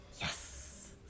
Yes